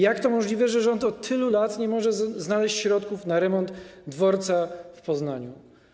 Jak to możliwe, że rząd od tylu lat nie może znaleźć środków na remont dworca w Poznaniu?